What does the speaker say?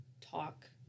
talk